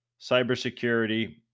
cybersecurity